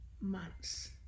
months